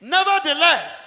Nevertheless